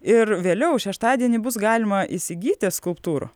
ir vėliau šeštadienį bus galima įsigyti skulptūrų